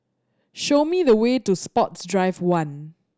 show me the way to Sports Drive One